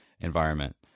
environment